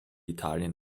italien